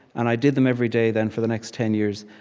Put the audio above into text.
and i did them every day, then, for the next ten years.